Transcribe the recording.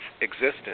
existence